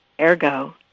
ergo